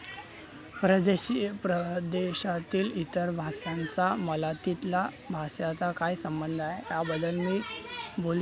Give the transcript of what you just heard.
प्रदेशीय प्रदेशातील इतर भाषांचा मराठीतला भाषाचा काय संबंध आहे याबदल मी बोलू इच्छित आहे